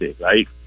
right